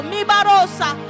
Mibarosa